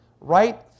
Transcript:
right